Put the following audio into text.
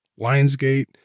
Lionsgate